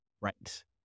Right